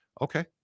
Okay